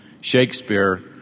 Shakespeare